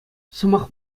сӑмах